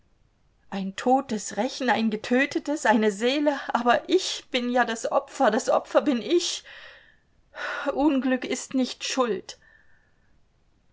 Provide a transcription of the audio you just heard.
ein totes rächen ein getötetes eine seele aber ich bin ja das opfer das opfer bin ich unglück ist nicht schuld